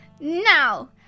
Now